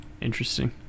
Interesting